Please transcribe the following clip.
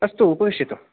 अस्तु उपविषतु